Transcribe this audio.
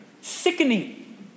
Sickening